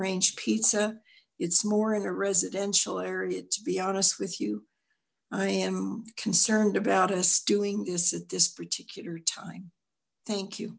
range pizza it's more in a residential area to be honest with you i am concerned about us doing this at this particular time thank you